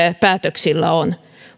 päätöksillä on